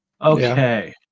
Okay